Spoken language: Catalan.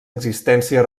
existència